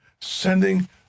sending